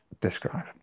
describe